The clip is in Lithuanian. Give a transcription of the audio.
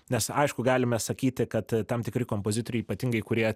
nes aišku galime sakyti kad tam tikri kompozitoriai ypatingai kurie